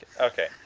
okay